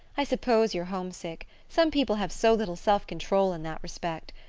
i suppose you're homesick some people have so little self-control in that respect.